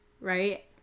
Right